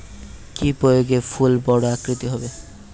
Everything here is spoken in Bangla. কি প্রয়োগে ফুল বড় আকৃতি হবে?